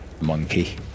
monkey